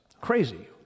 crazy